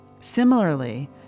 Similarly